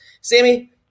Sammy